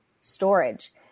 storage